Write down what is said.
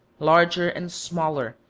larger and smaller,